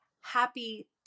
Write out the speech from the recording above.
happy